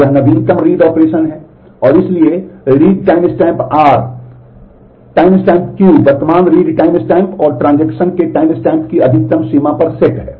तो यह नवीनतम रीड ऑपरेशन है और इसलिए रीड टाइमस्टैम्प R टाइमस्टैम्प के टाइमस्टैम्प की अधिकतम सीमा पर सेट है